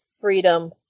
freedom